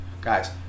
guys